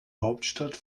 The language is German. hauptstadt